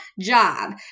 Job